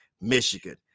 Michigan